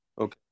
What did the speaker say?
Okay